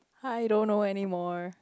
hi don't know anymore